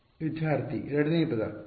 ವಿದ್ಯಾರ್ಥಿ ಎರಡನೇ ಪದ ಕೊನೆಯ ಪದ